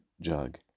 jug